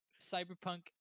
Cyberpunk